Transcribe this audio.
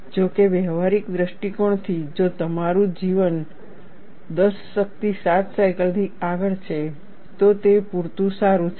જો કે વ્યવહારિક દૃષ્ટિકોણથી જો તમારું જીવન 10 શક્તિ 7 સાયકલથી આગળ છે તો તે પૂરતું સારું છે